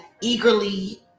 eagerly